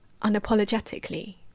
unapologetically